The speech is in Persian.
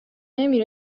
نمی